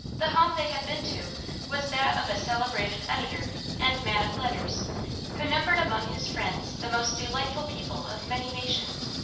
the home they had been to was that of a celebrated editor and man of letters who numbered among his friends the most delightful people of many nations.